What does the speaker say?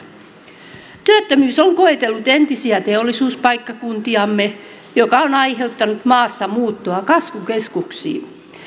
työttömyys on koetellut entisiä teollisuuspaikkakuntiamme mikä on aiheuttanut maassamuuttoa kasvukeskuksiin